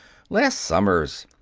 last summer's.